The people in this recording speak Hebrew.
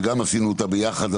שגם עשינו אותה ביחד,